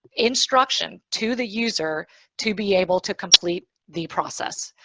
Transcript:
instruction to the user to be able to complete the process.